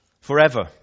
forever